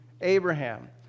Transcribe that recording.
Abraham